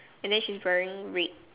and then she's wearing red